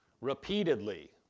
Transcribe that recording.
repeatedly